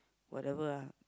whatever ah